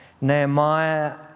Nehemiah